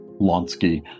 Lonsky